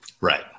Right